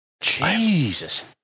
Jesus